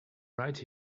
right